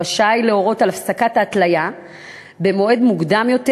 רשאי להורות על הפסקת ההתליה במועד מוקדם יותר,